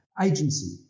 Agency